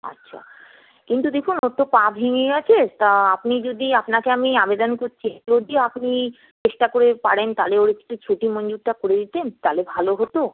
আচ্ছা কিন্তু দেখুন ওর তো পা ভেঙে গেছে তা আপনি যদি আপনাকে আমি আবেদন করছি যদি আপনি চেষ্টা করে পারেন তাহলে ওর একটু ছুটি মঞ্জুরটা করে দিতেন তাহলে ভালো হতো